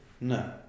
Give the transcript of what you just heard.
No